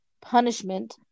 punishment